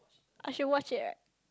I should watch it leh